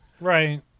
right